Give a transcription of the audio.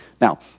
Now